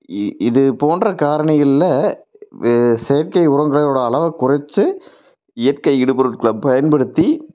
இது போன்ற காரணிகளில் செயற்கை உரங்களை யோட அளவை குறைத்து இயற்கை இடு பொருட்களை பயன்படுத்தி